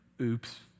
oops